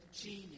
genius